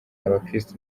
abakristu